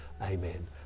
Amen